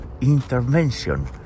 intervention